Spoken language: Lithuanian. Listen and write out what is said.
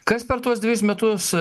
kas per tuos dvejus metus